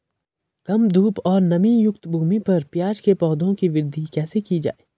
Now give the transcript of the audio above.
कम धूप और नमीयुक्त भूमि पर प्याज़ के पौधों की वृद्धि कैसे की जाए?